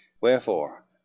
wherefore